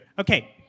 Okay